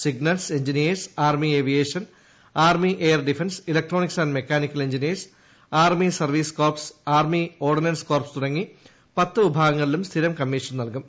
signals engineers army aviation army air defence electronics and mechanical engineers army army army corps army ordnance corps തുടങ്ങി പത്ത് വിഭാഗ്ങ്ങളിലും സ്ഥിരം commission നൽകും